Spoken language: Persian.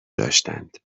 داشتند